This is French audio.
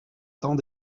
temps